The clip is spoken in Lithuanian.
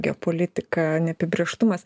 geopolitika neapibrėžtumas